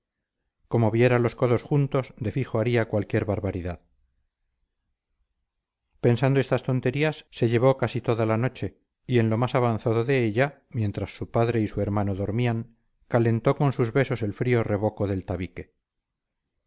como viera los codos juntos de fijo haría cualquier barbaridad pensando estas tonterías se llevó casi toda la noche y en lo más avanzado de ella mientras su padre y su hermano dormían calentó con sus besos el frío revoco del tabique